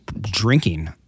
drinking